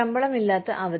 ശമ്പളമില്ലാത്ത അവധി